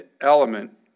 element